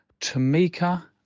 Tamika